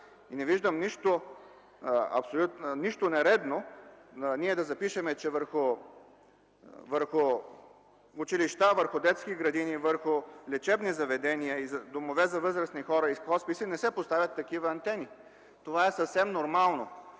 Не виждам нищо нередно да запишем, че върху училища, детски градини, лечебни заведения, домове за възрастни хора и хосписи не се поставят такива антени. Съвсем нормално